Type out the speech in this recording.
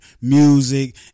music